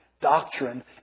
Doctrine